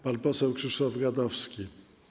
Pan poseł Krzysztof Gadowski.